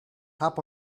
tap